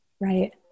Right